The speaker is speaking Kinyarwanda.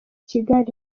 kigali